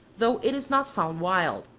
though it is not found wild.